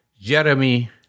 Jeremy